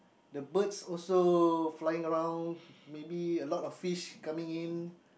the birds also flying around maybe a lot of fish coming in